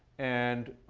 and